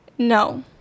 no